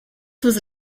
was